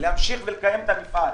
להמשיך ולקיים את המפעל.